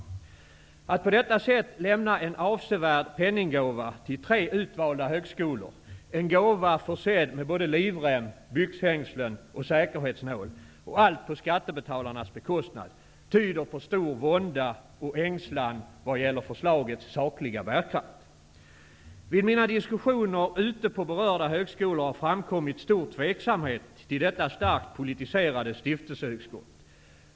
Att på detta sätt lämna en avsevärd penninggåva till tre utvalda högskolor, en gåva försedd med både livrem, byxhängslen och säkerhetsnål -- allt på skattebetalarnas bekostnad -- tyder på stor vånda och ängslan vad gäller förslagets sakliga bärkraft. Vid mina diskussioner ute på berörda högskolor har framkommit stor tveksamhet till detta starkt politiserade stiftelsehugskott.